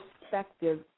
perspective